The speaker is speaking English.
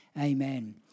amen